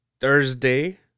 Thursday